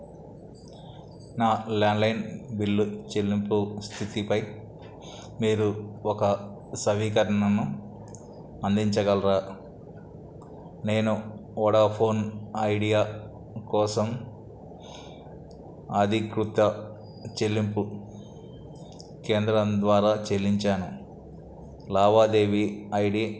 నా landline bill చెల్లింపు స్థితిపై మీరు ఒక సవీకరణను అందించగలరా నేను వోడాఫోన్ ఐడియా కోసం ఆధీకృత చెల్లింపు కేంద్రం ద్వారా చెల్లించాను లావాదేవీ ఐడి